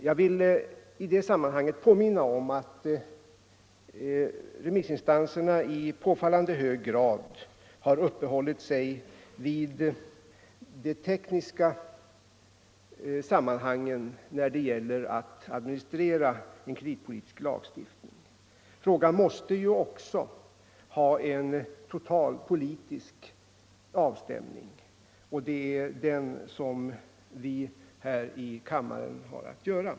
Jag vill påminna om att remissinstanserna i påfallande hög grad har uppehållit sig vid de tekniska sammanhangen när det gäller att administrera en kreditpolitisk lagstiftning. Frågan måste ju också ha en total politisk avstämning, och det är den som vi här i kammaren har att göra.